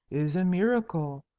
is a miracle.